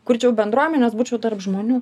kurčiau bendruomenes būčiau tarp žmonių